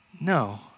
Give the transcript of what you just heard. No